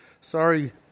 Sorry